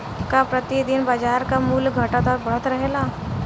का प्रति दिन बाजार क मूल्य घटत और बढ़त रहेला?